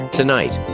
tonight